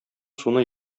суны